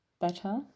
better